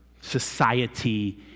society